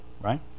right